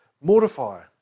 mortify